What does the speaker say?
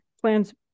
Plans